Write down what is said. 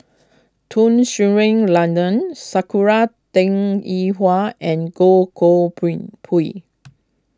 Tun Sri Lanang Sakura Teng Ying Hua and Goh Koh Pui